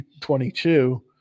2022